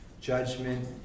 judgment